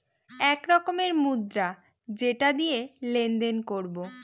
এক রকমের মুদ্রা যেটা দিয়ে লেনদেন করবো